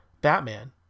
Batman